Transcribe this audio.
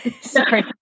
sorry